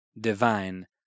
divine